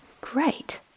Great